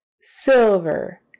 silver